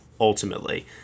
ultimately